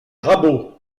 rabault